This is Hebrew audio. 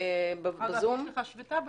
--- שביתה במשרד.